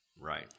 Right